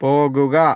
പോകുക